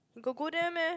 you got go there meh